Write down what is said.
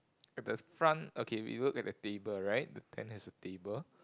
at the front okay we look at the table right the tent has a table